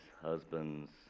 husbands